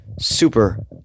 super